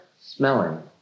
smelling